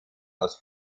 aus